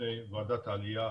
בפני ועדת העלייה,